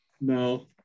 No